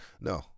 No